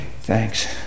thanks